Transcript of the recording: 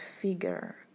figure